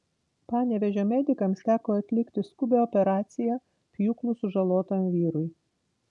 panevėžio medikams teko atlikti skubią operaciją pjūklu sužalotam vyrui